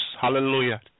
Hallelujah